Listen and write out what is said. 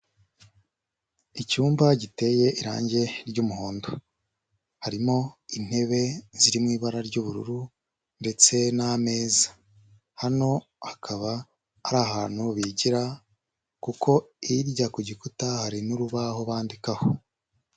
Icyumba giteye irangi ry'umuhondo, harimo intebe ziri mu ibara ry'ubururu ndetse n'ameza, hano akaba ari ahantu bigira, kuko hirya ku gikuta hari n'urubaho bandikaho.